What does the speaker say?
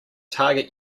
target